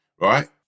Right